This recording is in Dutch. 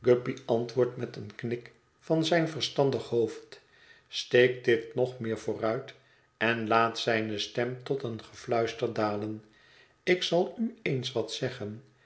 antwoordt met een knik van zijn verstandig hoofd steekt dit nog meer vooruit en laat zijne stem tot een gefluister dalen ik zal u eens wat zeggen